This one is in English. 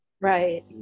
Right